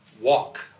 walk